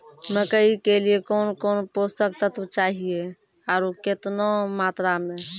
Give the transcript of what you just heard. मकई के लिए कौन कौन पोसक तत्व चाहिए आरु केतना मात्रा मे?